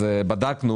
בדקנו